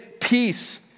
peace